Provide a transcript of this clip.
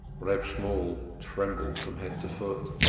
reb shemuel trembled from head to foot.